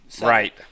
Right